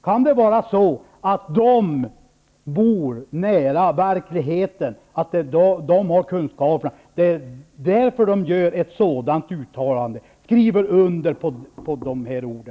Kan det vara så att det är för att de bor nära verkligheten, för att de har kunskaperna som de skriver under ett sådant uttalande?